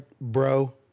bro